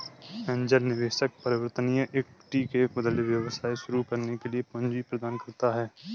angel निवेशक परिवर्तनीय equity के बदले व्यवसाय शुरू करने के लिए पूंजी प्रदान करता है